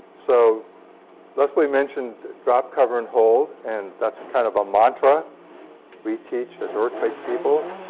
so leslie mentioned drop, cover, and hold. and that's kind of a mantra we teach as earthquake people.